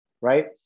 right